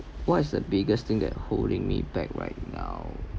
what is the biggest thing that holding me back right now